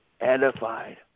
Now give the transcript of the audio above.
edified